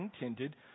intended